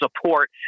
support